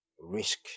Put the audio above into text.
risk